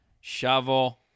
shovel